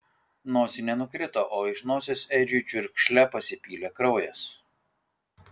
nosinė nukrito o iš nosies edžiui čiurkšle pasipylė kraujas